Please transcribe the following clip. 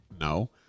no